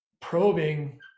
Probing